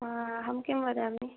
आ अहं किं वदामि